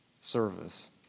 service